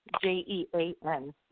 J-E-A-N